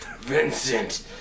Vincent